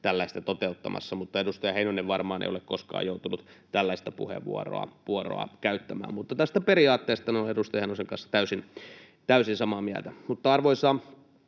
tällaista toteuttamassa — mutta edustaja Heinonen varmaan ei ole koskaan joutunut tällaista puheenvuoroa käyttämään. Mutta tästä periaatteesta olen edustaja Heinosen kanssa täysin samaa mieltä.